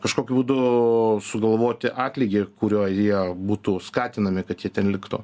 kažkokiu būdu sugalvoti atlygį kurio jie būtų skatinami kad jie ten liktų